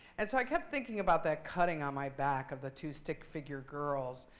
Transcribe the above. and so i kept thinking about that cutting on my back of the two stick figure girls.